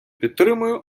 підтримую